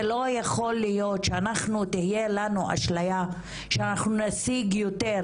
זה לא יכול להיות שאנחנו תהיה לנו אשליה שאנחנו נשיג יותר